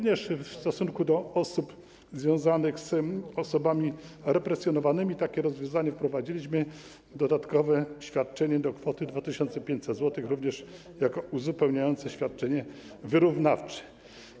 Także w stosunku do osób związanych z osobami represjonowanymi takie rozwiązanie wprowadziliśmy - dodatkowe świadczenie do kwoty 2500 zł, również jako uzupełniające świadczenie wyrównawcze.